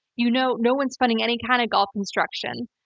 you know, no one's funding any kind of golf construction.